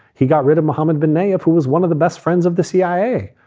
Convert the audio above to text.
he got rid of mohammed bin nayef, who was one of the best friends of the cia.